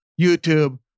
YouTube